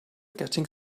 getting